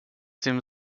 dem